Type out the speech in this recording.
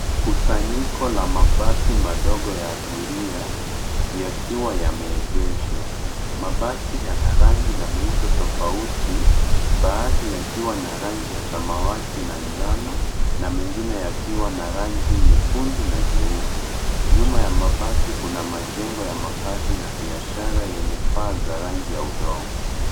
Kusanyiko la mabasi madogo ya abiria yakiwa yameegeshwa. Mabasi yana rangi na miundo tofauti, baadhi yakiwa na rangi ya samawati na njano na mengine yakiwa na rangi nyekundu na nyeupe. Nyuma ya mabasi kuna majengo ya makazi na biashara yenye paa za rangi ya udongo.